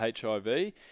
HIV